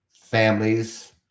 families